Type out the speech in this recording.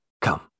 Come